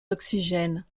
d’oxygène